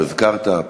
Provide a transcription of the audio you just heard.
או הזכרת,